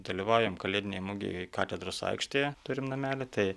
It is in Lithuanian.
dalyvaujam kalėdinėj mugėj katedros aikštėje turim namelį tai